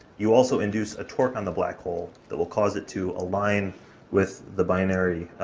you also induce a torque on the black hole that will cause it to align with the binary,